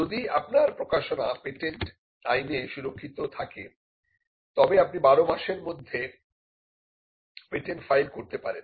যদি আপনার প্রকাশনা পেটেন্ট আইনে সুরক্ষিত থাকে তবে আপনি 12 মাসের মধ্যে পেটেন্ট ফাইল করতে পারেন